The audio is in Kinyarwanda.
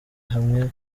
hamwe